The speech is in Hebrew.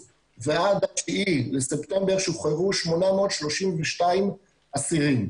ועד ה-9 בספטמבר שוחררו 832 אסירים.